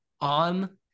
on